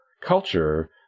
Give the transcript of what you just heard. culture